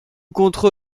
contre